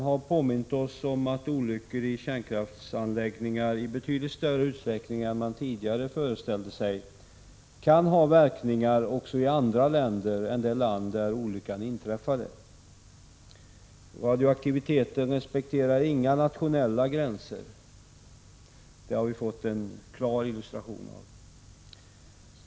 Den påminde oss om att olyckor i kärnkraftsanläggningar i betydligt större utsträckning än man tidigare föreställt sig kan ha verkningar också i andra länder än i det land där olyckan inträffar. Vi har fått en klar illustration av att radioaktiviteten inte respekterar några nationella gränser.